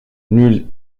nul